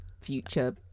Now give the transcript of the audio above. future